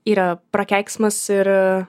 yra prakeiksmas ir